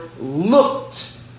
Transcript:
looked